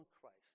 Christ